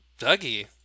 Dougie